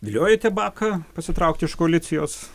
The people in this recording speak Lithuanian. viliojote baką pasitraukti iš koalicijos